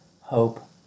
hope